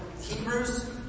Hebrews